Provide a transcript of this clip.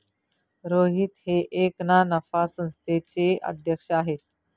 रोहित हे एका ना नफा संस्थेचे अध्यक्ष आहेत